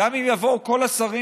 גם אם יבואו כל השרים,